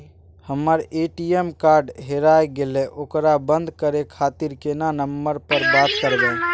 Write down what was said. हमर ATM card हेराय गेले ओकरा बंद करे खातिर केना नंबर पर बात करबे?